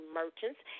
merchants